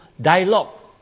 dialogue